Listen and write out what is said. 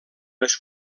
les